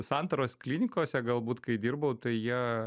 santaros klinikose galbūt kai dirbau tai jie